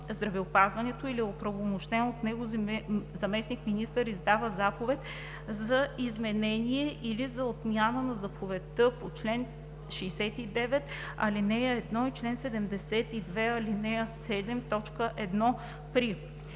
здравеопазването или оправомощен от него заместник-министър издава заповед за изменение или за отмяна на заповедта по чл. 69, ал. 1 и чл. 72, ал. 7, т. 1 при: